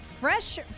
fresh